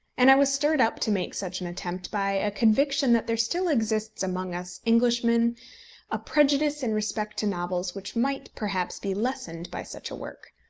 and i was stirred up to make such an attempt by a conviction that there still exists among us englishmen a prejudice in respect to novels which might, perhaps, be lessened by such a work.